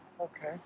Okay